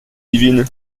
divine